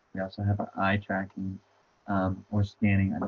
we also have an eye tracking or scanning,